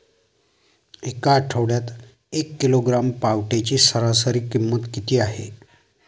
या आठवड्यात एक किलोग्रॅम पावट्याची सरासरी किंमत किती आहे?